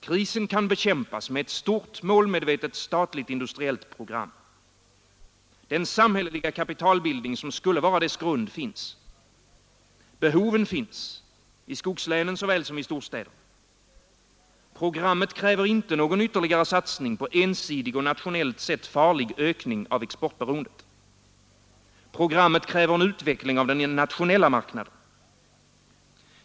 Krisen kan bekämpas med ett stort målmedvetet statligt industriellt program. Den samhälleliga kapitalbildning som skulle vara dess grund finns. Behoven finns, i skogslänen såväl som i storstäderna. Programmet kräver inte någon ytterligare satsning på ensidig och nationellt sett farlig ökning av exportberoendet. Programmet kräver en utveckling av den nationella marknaden.